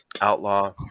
outlaw